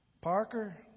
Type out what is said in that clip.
Parker